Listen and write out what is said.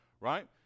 right